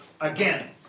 again